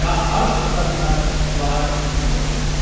या अर्धकुशल श्रम द्वारा खेती की जाती है